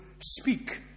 speak